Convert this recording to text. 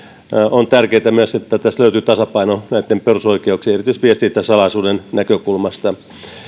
on myös tärkeätä että tässä löytyy tasapaino perusoikeuksien erityisesti viestintäsalaisuuden näkökulmasta